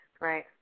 right